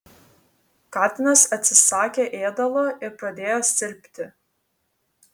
katinas atsisakė ėdalo ir pradėjo silpti